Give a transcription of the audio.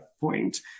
point